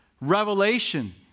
revelation